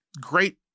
Great